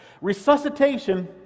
Resuscitation